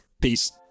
Peace